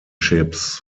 ships